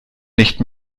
nicht